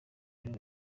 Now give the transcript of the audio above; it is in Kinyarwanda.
crew